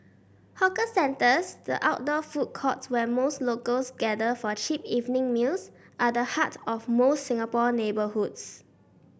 hawker centres the outdoor food courts where most locals gather for a cheap evening meals are the heart of most Singapore neighbourhoods